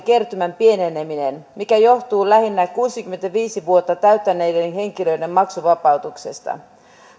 kertymän pieneneminen mikä johtuu lähinnä kuusikymmentäviisi vuotta täyttäneiden henkilöiden maksuvapautuksesta